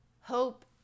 hope